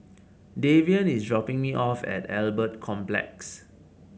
Davion is dropping me off at Albert Complex